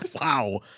Wow